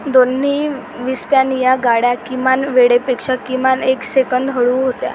दोन्ही विसप्यानीया गाड्या किमान वेळेपेक्षा किमान एक सेकंद हळू होत्या